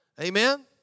Amen